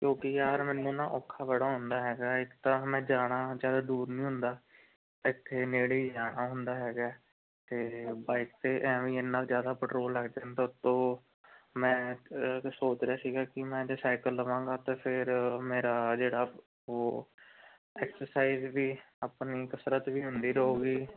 ਕਿਉਂਕਿ ਯਾਰ ਮੈਨੂੰ ਨਾ ਔਖਾ ਬੜਾ ਹੁੰਦਾ ਹੈਗਾ ਇੱਕ ਤਾਂ ਮੈਂ ਜਾਣਾ ਜ਼ਿਆਦਾ ਦੂਰ ਨਹੀਂ ਹੁੰਦਾ ਇੱਥੇ ਨੇੜੇ ਹੀ ਜਾਣਾ ਹੁੰਦਾ ਹੈਗਾ ਹੈ ਅਤੇ ਬਾਈਕ 'ਤੇ ਐਵੇਂ ਹੀ ਇੰਨਾ ਜ਼ਿਆਦਾ ਪੈਟਰੋਲ ਲੱਗ ਜਾਂਦਾ ਉੱਤੋਂ ਮੈਂ ਸੋਚ ਰਿਹਾ ਸੀਗਾ ਕਿ ਮੈਂ ਜੇ ਸਾਈਕਲ ਲਵਾਂਗਾ ਤਾਂ ਫਿਰ ਮੇਰਾ ਜਿਹੜਾ ਉਹ ਐਕਸਰਸਾਈਜ਼ ਵੀ ਆਪਣੀ ਕਸਰਤ ਵੀ ਹੁੰਦੀ ਰਹੂਗੀ